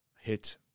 hit